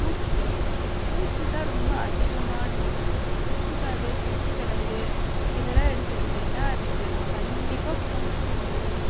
பூச்சிகள் பூச்சி தான் ரொம்ப அதிகமானு இருக்குது இப்போ குச்சிக்காடு குச்சிக்கிழங்கு இதெலான் எடுத்துகிட்டிங்னா அதுக்கு கண்டிப்பாக பூச்சின்னு ஒன்று இருக்கும்